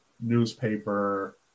newspaper